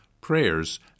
prayers